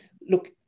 look